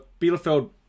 Bielefeld